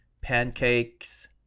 pancakes